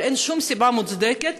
אבל שום סיבה מוצדקת,